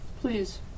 Please